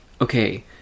okay